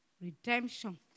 redemption